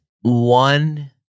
One